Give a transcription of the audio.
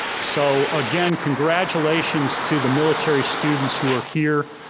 so again, congratulations to the military students who are here,